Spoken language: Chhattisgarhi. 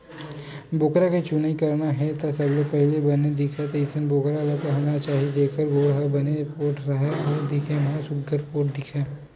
बोकरा के चुनई करना हे त सबले पहिली बने दिखय तइसन बोकरा पालना चाही जेखर गोड़ ह बने पोठ राहय अउ दिखे म सुग्घर पोठ दिखय